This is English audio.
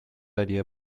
idea